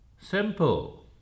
simple